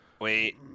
wait